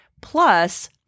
plus